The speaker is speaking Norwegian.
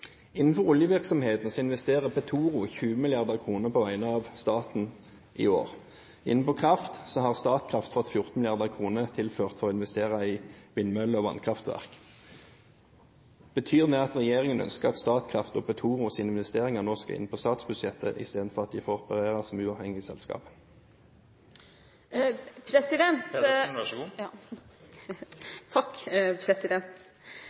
Innenfor oljevirksomheten investerer Petoro 20 mrd. kr på vegne av staten i år. Innenfor kraft har Statkraft fått tilført 14 mrd. kr for å investere i vindmøller og vannkraftverk. Betyr det at regjeringen ønsker at Statkrafts og Petoros investeringer nå skal inn på statsbudsjettet, istedenfor at de får operere som uavhengig